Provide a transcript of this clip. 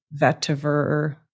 vetiver